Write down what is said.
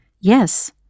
Yes